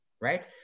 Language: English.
right